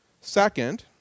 Second